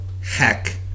heck